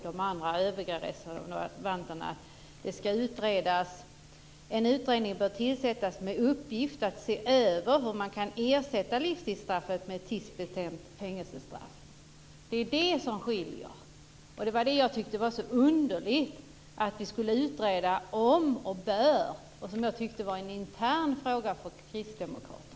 De övriga reservanterna säger: "En utredning bör tillsättas med uppgift att se över hur man kan ersätta livstidsstraffet med ett tidsbestämt fängelsestraff." Det är det som skiljer. Det var det jag tyckte var så underligt att vi skulle utreda om och bör. Och jag tyckte att det var en intern fråga för Kristdemokraterna.